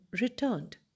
returned